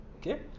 okay